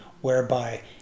whereby